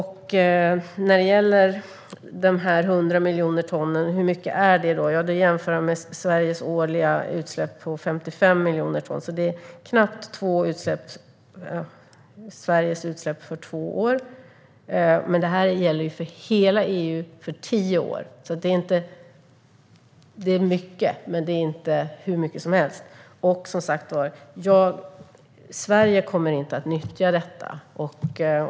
Hur mycket är då dessa 100 miljoner ton? Det kan jämföras med Sveriges årliga utsläpp om 55 miljoner ton. Det motsvarar alltså knappt Sveriges utsläpp under två år. Det gäller dock för hela EU under tio år. Även om det är mycket är det inte hur mycket som helst. Som sagt: Sverige kommer inte att nyttja detta.